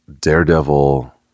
Daredevil